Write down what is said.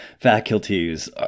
faculties